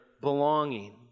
belonging